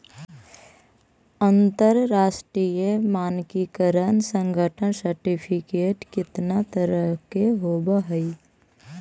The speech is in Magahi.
अंतरराष्ट्रीय मानकीकरण संगठन सर्टिफिकेट केतना तरह के होब हई?